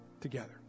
together